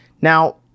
Now